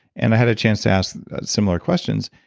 and i had a chance to ask similar questions.